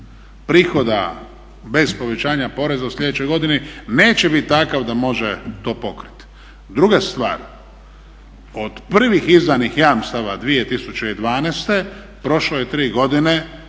prihoda bez povećanja poreza u sljedećoj godini neće bit takav da može to pokrit. Druga stvar, od prvih izdanih jamstava 2012. prošlo je tri godine,